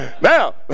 Now